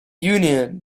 union